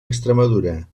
extremadura